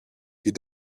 you